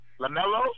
Lamelo